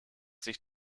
sich